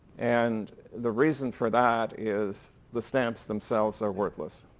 and the reason for that is the stamps themselves are worthless.